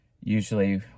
usually